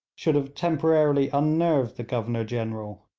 should have temporarily unnerved the governor-general.